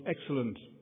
excellent